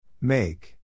Make